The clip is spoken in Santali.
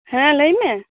ᱦᱮᱸ ᱞᱟᱹᱭ ᱢᱮ